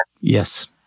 Yes